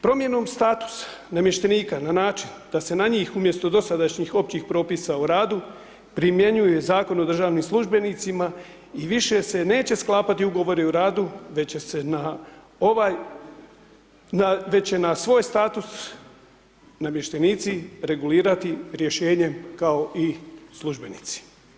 Promjenom statusa namještenika na način, da se na njih, umjesto dosadašnjih općih propisa u radu, primjenjuje Zakon o državnim službenicima, i više se neće sklapati ugovori o radu, već će na svoj status namještenici regulirati rješenjem kao i službenici.